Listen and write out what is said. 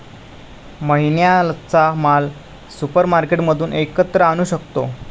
महिन्याचा माल सुपरमार्केटमधून एकत्र आणू शकतो